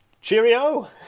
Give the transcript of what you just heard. Cheerio